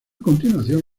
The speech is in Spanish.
continuación